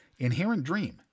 InherentDream